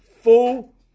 full